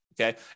Okay